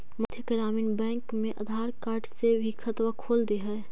मध्य ग्रामीण बैंकवा मे आधार कार्ड से भी खतवा खोल दे है?